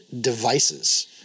devices